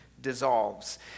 dissolves